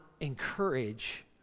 encourage